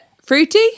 Fruity